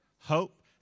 hope